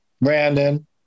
Brandon